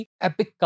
epic